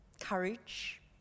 courage